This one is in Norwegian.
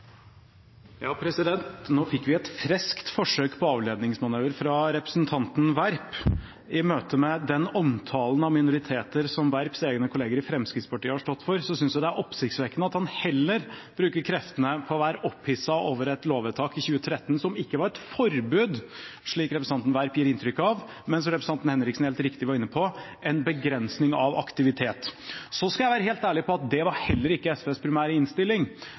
Nå fikk vi et friskt forsøk på en avledningsmanøver fra representanten Werp. I møte med den omtalen av minoriteter som Werps egne kolleger i Fremskrittspartiet har stått for, synes jeg det er oppsiktsvekkende at han heller bruker kreftene på å være opphisset over et lovvedtak i 2013 som ikke var et forbud, slik representanten Werp gir inntrykk av, men som representanten Henriksen helt riktig var inne på, en begrensning av aktivitet. Så skal jeg være helt ærlig på at det var heller ikke SVs primære innstilling;